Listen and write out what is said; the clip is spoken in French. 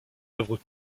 œuvres